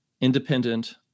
independent